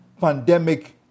pandemic